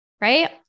right